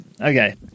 Okay